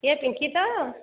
କିଏ ପିଙ୍କି ତ